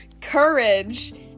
courage